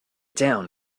down